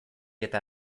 eta